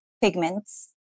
pigments